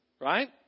right